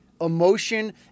emotion